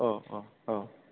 औ औ औ